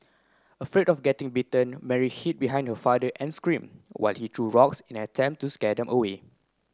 afraid of getting bitten Mary hid behind her father and scream while he threw rocks in an attempt to scare them away